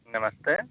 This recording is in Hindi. नमस्ते